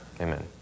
Amen